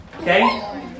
Okay